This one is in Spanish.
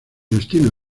destino